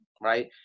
Right